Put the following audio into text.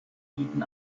bieten